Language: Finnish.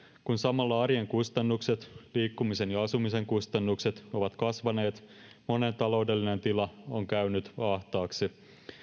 kun samalla arjen kustannukset liikkumisen ja asumisen kustannukset ovat kasvaneet monen taloudellinen tila on käynyt ahtaaksi